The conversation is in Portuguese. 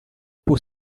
por